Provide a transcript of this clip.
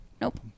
nope